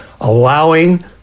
allowing